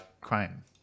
crime